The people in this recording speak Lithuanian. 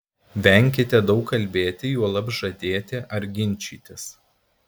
venkite daug kalbėti juolab žadėti ar ginčytis